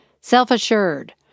self-assured